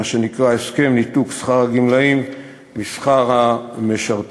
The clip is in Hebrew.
מה שנקרא הסכם ניתוק שכר הגמלאים משכר המשרתים.